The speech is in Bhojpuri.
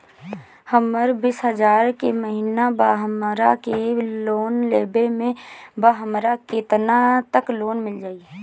हमर बिस हजार के महिना बा हमरा के लोन लेबे के बा हमरा केतना तक लोन मिल जाई?